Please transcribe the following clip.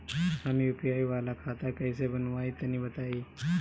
हम यू.पी.आई वाला खाता कइसे बनवाई तनि बताई?